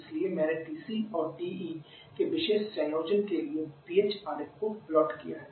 इसलिए मैंने TC और TE के विशेष संयोजन के लिए Ph आरेख को प्लॉट किया है